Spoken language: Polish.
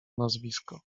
nazwisko